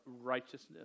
righteousness